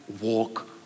walk